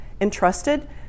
entrusted